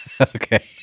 Okay